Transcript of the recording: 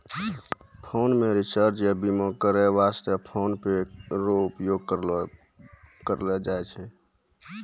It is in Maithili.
फोन मे रिचार्ज या बीमा करै वास्ते फोन पे रो उपयोग करलो जाबै पारै